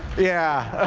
yeah.